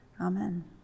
amen